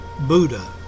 Buddha